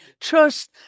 trust